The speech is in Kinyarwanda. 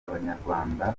abanyarwanda